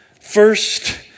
First